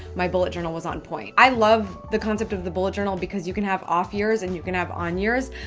my bullet journal was on point. i love the concept of the bullet journal because you can have off years and you can have on years.